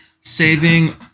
saving